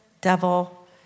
devil